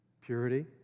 Purity